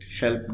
help